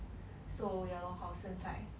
so ya lor 好身材